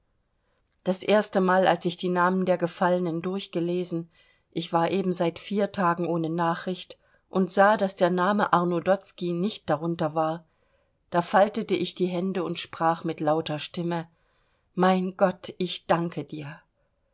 das erste mal als ich die namen der gefallenen durchgelesen ich war eben seit vier tagen ohne nachricht und sah daß der name arno dotzky nicht darunter war da faltete ich die hände und sprach mit lauter stimme mein gott ich danke dir